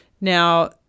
Now